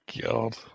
God